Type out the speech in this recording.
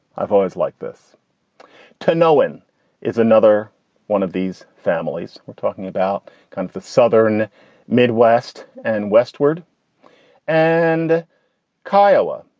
i've always like this to know. one is another one of these families. we're talking about kind of the southern midwest and westward and kiowa.